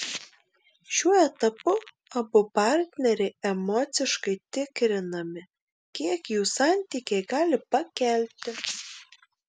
šiuo etapu abu partneriai emociškai tikrinami kiek jų santykiai gali pakelti